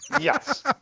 Yes